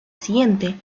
siguiente